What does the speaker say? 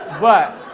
but,